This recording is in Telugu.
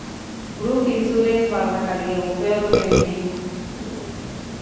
గ్రూప్ ఇన్సూరెన్స్ వలన కలిగే ఉపయోగమేమిటీ?